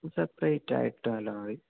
സെപ്പറേറ്റായിട്ട് വല്ലതും മതി